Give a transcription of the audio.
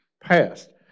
passed